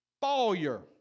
Failure